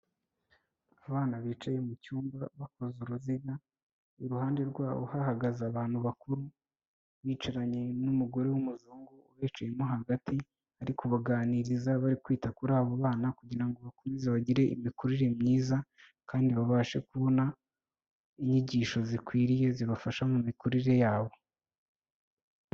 Abana bicaye mu cyumba bakoze uruziga, iruhande rwabo hahagaze abantu bakuru, bicaranye n'umugore w'umuzungu ubicayemo hagati, ari kubaganiriza, bari kwita kuri abo bana kugira ngo bakomeze bagire imikurire myiza, kandi babashe kubona inyigisho zikwiriye zibafasha mu mikurire yabo.